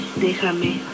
Déjame